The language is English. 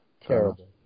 Terrible